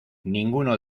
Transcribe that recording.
ninguno